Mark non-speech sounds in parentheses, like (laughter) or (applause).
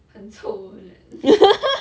很臭 eh (laughs)